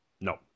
No